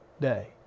day